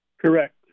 Correct